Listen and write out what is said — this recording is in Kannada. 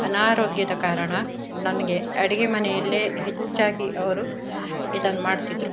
ಅನಾರೋಗ್ಯದ ಕಾರಣ ನನಗೆ ಅಡುಗೆ ಮನೆಯಲ್ಲೇ ಹೆಚ್ಚಾಗಿ ಅವರು ಇದನ್ನ ಮಾಡ್ತಿದ್ದರು